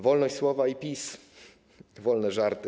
Wolność słowa i PiS - wolne żarty.